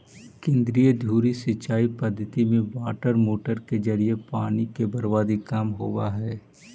केंद्रीय धुरी सिंचाई पद्धति में वाटरमोटर के जरिए पानी के बर्बादी कम होवऽ हइ